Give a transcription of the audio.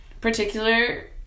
Particular